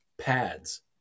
pads